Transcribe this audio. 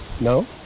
No